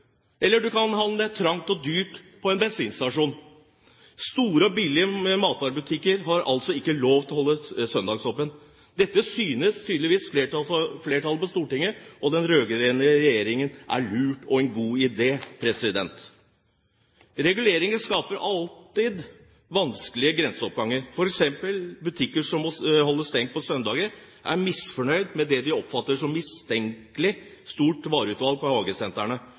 eller du kan handle trangt og dyrt på en bensinstasjon. Store og billige matvarebutikker har altså ikke lov til å holde søndagsåpent. Dette synes tydeligvis flertallet på Stortinget og den rød-grønne regjeringen er lurt og en god idé. Reguleringer skaper alltid vanskelige grenseoppganger. For eksempel er butikker som må holde stengt på søndager, misfornøyd med det de oppfatter som et mistenkelig stort vareutvalg på